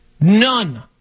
None